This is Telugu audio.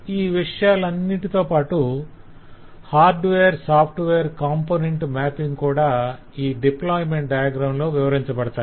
ఈ విషయాలన్నింటితోపాటు హార్డ్వేర్ సాఫ్ట్వేర్ కాంపొనెంట్ మాపింగ్ కూడా ఈ డిప్లాయిమెంట్ డయాగ్రం లో వివరించబడతాయి